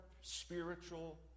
spiritual